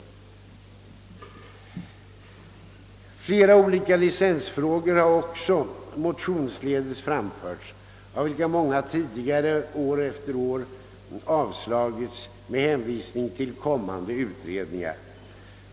Flera olika licensfrågor har också motionsledes framförts, av vilka många tidigare har år efter år avslagits med hänvisning till kommande utredningar.